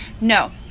No